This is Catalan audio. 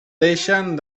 deixen